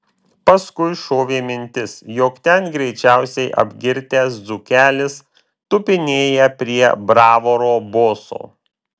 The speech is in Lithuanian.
paskui šovė mintis jog ten greičiausiai apgirtęs dzūkelis tupinėja prie bravoro boso